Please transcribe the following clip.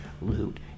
loot